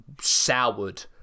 soured